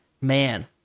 man